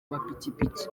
mapikipiki